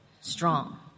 strong